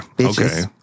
Okay